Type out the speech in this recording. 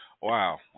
Wow